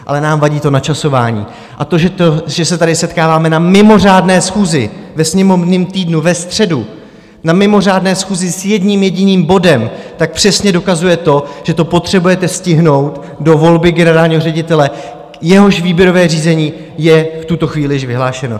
Ale nám vadí to načasování a to, že se tady setkáváme na mimořádné schůzi ve sněmovním týdnu ve středu, na mimořádné schůzi s jedním jediným bodem, tak přesně dokazuje to, že to potřebujete stihnout do volby generálního ředitele, jehož výběrové řízení je v tuto chvíli již vyhlášeno.